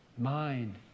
mind